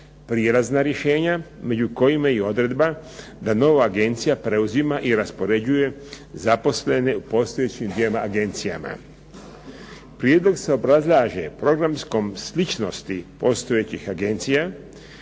prijelazna rješenja među kojima i odredba da nova agencija preuzima i raspoređuje zaposlene u postojećim dvjema agencijama. Prijedlog se obrazlaže programskom sličnosti postojećih agencija,